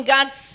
God's